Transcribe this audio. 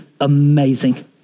amazing